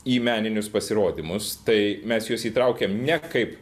į meninius pasirodymus tai mes juos įtraukiam ne kaip